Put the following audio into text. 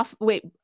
wait